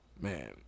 man